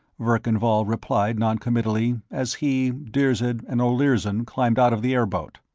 verkan vall replied noncommittally, as he, dirzed and olirzon climbed out of the airboat.